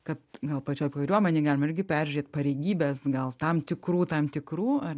kad gal pačioj kariuomenėj galima irgi peržiūrėt pareigybes gal tam tikrų tam tikrų ar